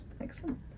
Excellent